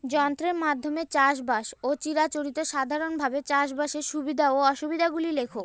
যন্ত্রের মাধ্যমে চাষাবাদ ও চিরাচরিত সাধারণভাবে চাষাবাদের সুবিধা ও অসুবিধা গুলি লেখ?